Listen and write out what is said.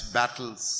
battles